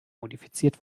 modifiziert